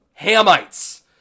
hamites